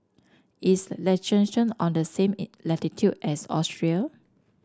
is Liechtenstein on the same latitude as Austria